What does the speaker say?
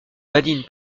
badine